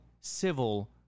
civil